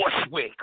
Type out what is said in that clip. Bushwick